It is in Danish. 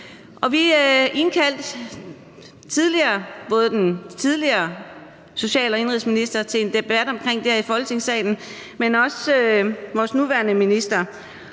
Vi indkaldte tidligere den tidligere social- og indenrigsminister til en debat omkring det i Folketingssalen, men også vores nuværende minister.